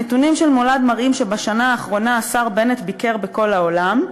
הנתונים של "מולד" מראים שבשנה האחרונה השר בנט ביקר בכל העולם,